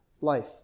life